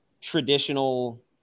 traditional